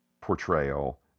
portrayal